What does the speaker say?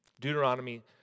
Deuteronomy